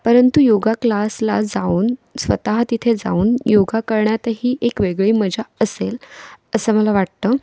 परंतु योगा क्लासला जाऊन स्वतः तिथे जाऊन योगा करण्यातही एक वेगळी मजा असेल असं मला वाटतं